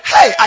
Hey